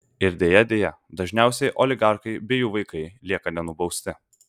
ir deja deja dažniausiai oligarchai bei jų vaikai lieka nenubausti